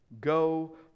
go